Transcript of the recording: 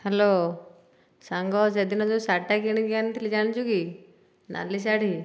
hello ସାଙ୍ଗ ସେଦିନ ଯୋଉ ଶାଢ଼ୀଟା କିଣିକି ଆଣିଥିଲି ଜାଣିଛୁକି ନାଲି ଶାଢ଼ୀ